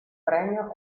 premio